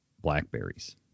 blackberries